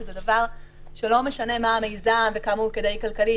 שזה דבר שלא משנה מה המיזם וכמה הוא כדאי כלכלית,